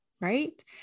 right